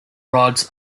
rods